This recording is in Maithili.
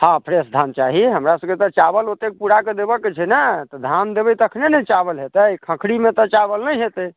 हँ फ्रेश धान चाही हमरा सबके तऽ चावल ओत्तेक पुराके देबऽके छै ने तऽ धान देबै तखने ने चावल होयतै खखरीमे तऽ चावल नहि होयतै